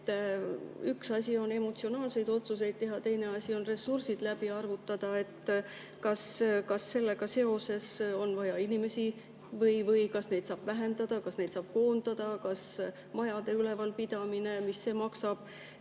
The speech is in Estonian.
Üks asi on emotsionaalseid otsuseid teha, teine asi on ressursid läbi arvutada. Kas sellega seoses on vaja inimesi [juurde] või kas nende arvu saab vähendada, kas neid saab koondada, mis majade ülevalpidamine maksab,